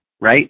right